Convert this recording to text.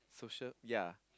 social ya